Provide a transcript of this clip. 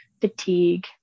fatigue